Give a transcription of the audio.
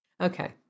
Okay